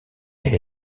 elle